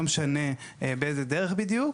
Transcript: לא משנה באיזה דרך בדיוק.